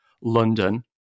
London